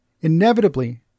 Inevitably